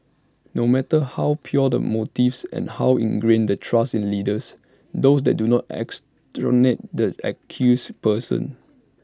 no matter how pure the motives and how ingrained the trust in leaders those do not exonerate the accused persons